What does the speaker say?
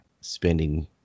spending